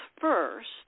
first